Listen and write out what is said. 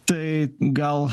tai gal